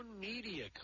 media